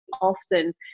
often